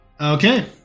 Okay